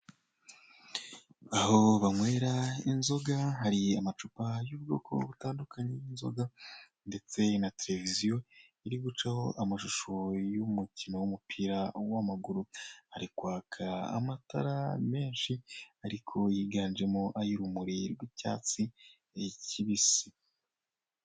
Aho banywera inzoga, hari amacupa y'ubwoko butandukanye y'inzoga ndetse na tereviziyo iri gucaho amashusho y'umukino w'umupira w'amaguru, hari kwaka amatara menshi ariko yiganjemo ay'urumuri rw'icyatsi kibisi.